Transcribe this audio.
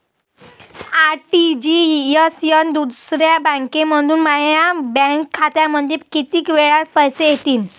RTGS न दुसऱ्या बँकेमंधून माया बँक खात्यामंधी कितीक वेळातं पैसे येतीनं?